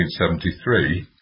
1973